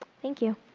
thank you.